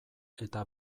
eta